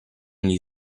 gli